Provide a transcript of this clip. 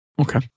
Okay